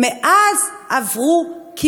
אמרו: